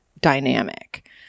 dynamic